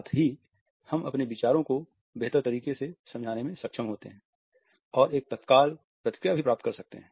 साथ ही हम अपने विचारों को बेहतर तरीके से समझाने में सक्षम होते हैं और एक तत्काल प्रतिक्रिया भी प्राप्त कर सकते हैं